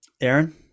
aaron